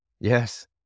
yes